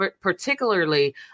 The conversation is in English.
particularly